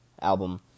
album